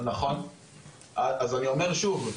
אני אומר שוב,